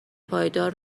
پایدار